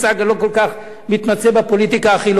אני לא כל כך מתמצא בפוליטיקה החילונית,